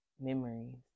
memories